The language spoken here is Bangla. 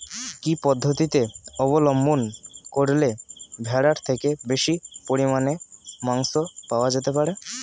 কি পদ্ধতিতে অবলম্বন করলে ভেড়ার থেকে বেশি পরিমাণে মাংস পাওয়া যেতে পারে?